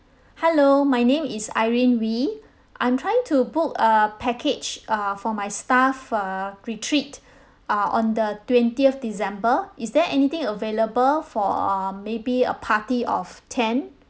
hello my name is irene wee I'm trying to book a package uh for my staff uh retreat uh on the twentieth december is there anything available for uh maybe a party of ten